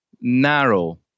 narrow